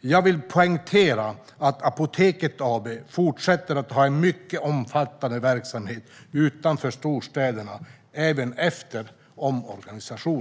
Jag vill poängtera att Apoteket AB fortsätter att ha en mycket omfattande verksamhet utanför storstäderna även efter omorganisationen.